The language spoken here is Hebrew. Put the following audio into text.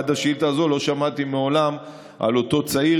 עד השאילתה הזאת לא שמעתי מעולם על אותו צעיר